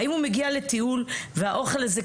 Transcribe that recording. האם הוא מגיע לטיול והאוכל הזה,